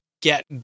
get